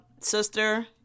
sister